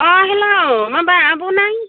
अ हेल' माबा आब'ना